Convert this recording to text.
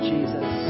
Jesus